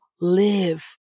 live